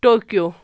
Tokyo